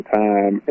time